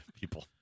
people